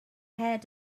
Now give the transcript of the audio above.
had